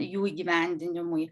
jų įgyvendinimui